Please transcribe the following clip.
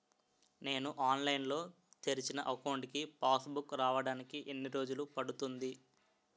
నేను ఆన్లైన్ లో తెరిచిన అకౌంట్ కి పాస్ బుక్ రావడానికి ఎన్ని రోజులు పడుతుంది?